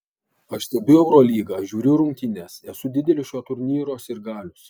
aš stebiu eurolygą žiūriu rungtynes esu didelis šio turnyro sirgalius